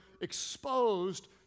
exposed